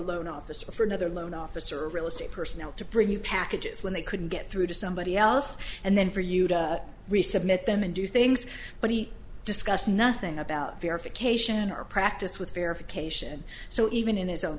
loan officer for another loan officer or real estate personnel to bring the packages when they couldn't get through to somebody else and then for you to resubmit them and do things but he discussed nothing about verification or practice with verification so even in his own